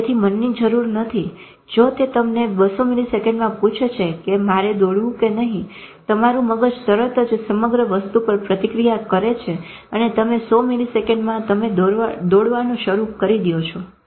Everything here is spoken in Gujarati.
તેથી મનની જરૂર નથી જો તે તમને 200 મીલીસેકંડમાં પૂછે છે કે મારે દોડવું કે નહી તમારું મગજ તરત જ સમગ્ર વસ્તુ પર પ્રતિક્રિયા કરે છે અને તમે 100 મીલીસેકંડમાં તમે દોડવાનું શરુ કરો છો